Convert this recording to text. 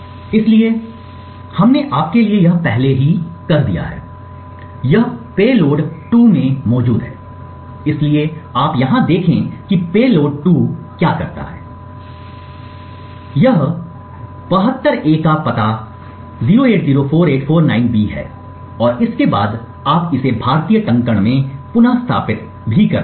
इसलिए हमने आपके लिए यह पहले ही कर दिया है इसलिए यह पेलोड 2 में मौजूद है इसलिए आप यहां देखें कि पेलोड 2 क्या करता है यह है कि यह 72 A का पता 0804849B है और इसके बाद आप इसे भारतीय टंकण में पुनः स्थापित कर सकते हैं